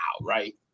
right